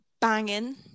banging